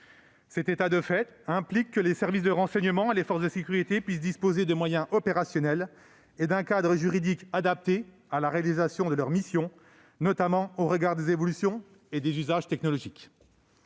Cet état de fait impose que les services de renseignement et les forces de sécurité disposent de moyens opérationnels et d'un cadre juridique adapté à la réalisation de leurs missions, notamment au regard des évolutions et des usages technologiques.